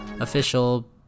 official